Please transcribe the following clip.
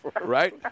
right